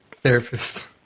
therapist